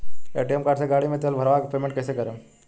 ATM card से गाड़ी मे तेल भरवा के पेमेंट कैसे करेम?